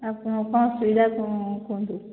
ଆପଣଙ୍କର କ'ଣ ଅସୁବିଧା କୁହନ୍ତୁ